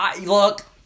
look